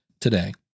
today